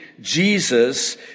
Jesus